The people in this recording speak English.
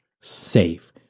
safe